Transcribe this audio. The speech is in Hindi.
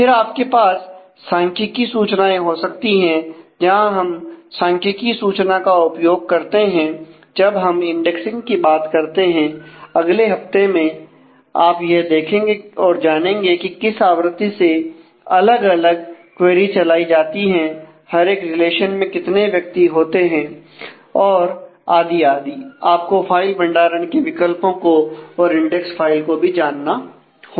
फिर आपके पास सांख्यिकी सूचनाएं हो सकती है जहां हम सांख्यिकी सूचना का उपयोग करते हैं जब हम इंडेक्सिंग की बात करते हैं अगले हफ्ते में आप यह देखेंगे और जानेंगे कि किस आवृत्ति से अलग अलग क्वेरी चलाई जाती है हर एक रिलेशन में कितने व्यक्ति होते हैं आदि आदि आपको फाइल भंडारण के विकल्पों को और इंडेक्स फाइलो को भी जानना होगा